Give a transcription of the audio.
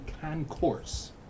Concourse